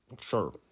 Sure